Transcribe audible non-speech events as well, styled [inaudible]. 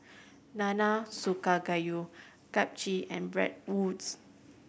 Nanakusa Gayu [unintelligible] and Bratwurst